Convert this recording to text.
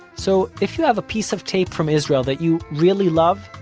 so, if you have a piece of tape from israel that you really love,